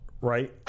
Right